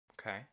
Okay